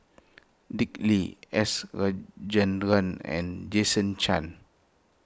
Dick Lee S Rajendran and Jason Chan